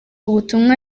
ubutumwa